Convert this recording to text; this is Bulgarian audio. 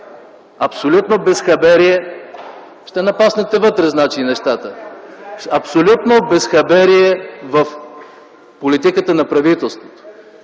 Абсолютно безхаберие в политиката на правителството!